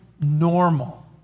normal